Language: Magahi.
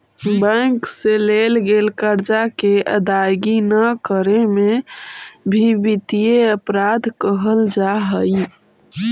बैंक से लेल गेल कर्जा के अदायगी न करे में भी वित्तीय अपराध कहल जा हई